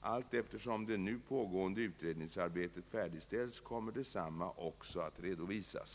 Allteftersom det nu pågående utredningsarbetet färdigställs kommer detsamma också att redovisas.